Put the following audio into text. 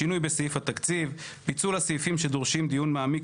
היה שינוי בסעיף התקציב ופיצול הסעיפים שדורשים דיון מעמיק